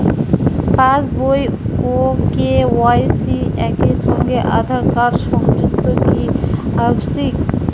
পাশ বই ও কে.ওয়াই.সি একই সঙ্গে আঁধার কার্ড সংযুক্ত কি আবশিক?